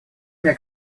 мне